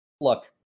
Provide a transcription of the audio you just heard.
look